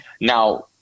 Now